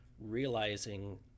realizing